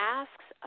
asks